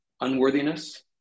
unworthiness